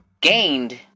gained